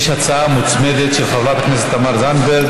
יש הצעה מוצמדת של חברת הכנסת תמר זנדברג.